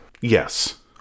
Yes